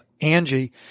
Angie